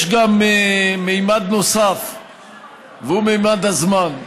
יש גם ממד נוסף והוא ממד הזמן.